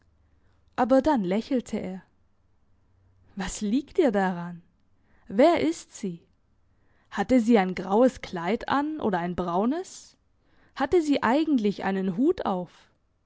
aber dann lächelte er was liegt dir daran wer ist sie hatte sie ein graues kleid an oder ein braunes hatte sie eigentlich einen hut auf